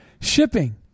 shipping